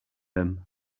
him